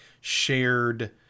shared